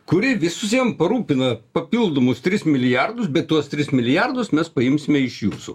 kuri visiem parūpina papildomus tris milijardus bet tuos tris milijardus mes paimsime iš jūsų